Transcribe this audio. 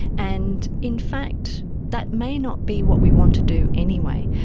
and in fact that may not be what we want to do anyway.